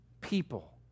people